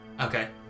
Okay